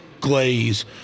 glaze